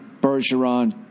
bergeron